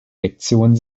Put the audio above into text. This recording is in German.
lektion